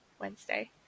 Wednesday